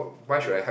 ya